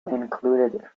included